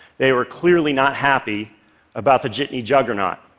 they were clearly not happy about the jitney juggernaut.